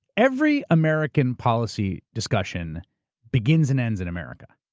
every american policy discussion begins and ends in america.